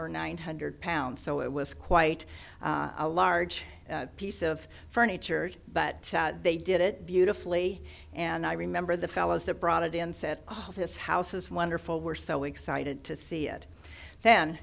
or nine hundred pounds so it was quite a large piece of furniture but they did it beautifully and i remember the fellows that brought it in set up this house is wonderful we're so excited to see it then